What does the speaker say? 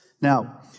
Now